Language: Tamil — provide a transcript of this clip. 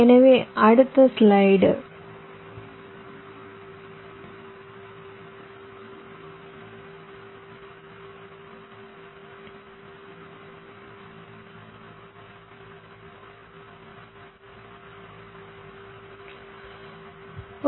எனவே அடுத்த ஸ்லைடு ஒரு யோசனையைத் தரும்